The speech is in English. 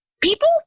People